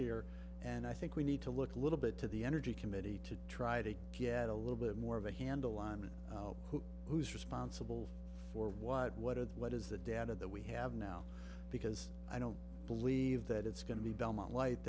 here and i think we need to look a little bit to the energy committee to try to get a little bit more of a handle on who who is responsible for what what are the what is the data that we have now because i don't believe that it's going to be belmont li